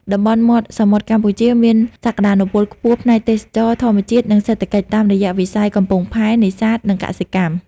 តំបន់មាត់សមុទ្រកម្ពុជាមានសក្តានុពលខ្ពស់ផ្នែក ទេសចរណ៍ ធម្មជាតិ និង សេដ្ឋកិច្ច តាមរយៈវិស័យកំពង់ផែ នេសាទ និងកសិកម្ម។